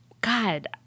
God